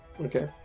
Okay